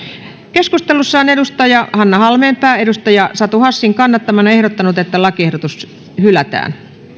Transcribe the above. keskustelussa hanna halmeenpää on satu hassin kannattamana ehdottanut että lakiehdotus hylätään